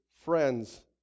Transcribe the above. friends